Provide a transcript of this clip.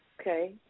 Okay